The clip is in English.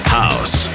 house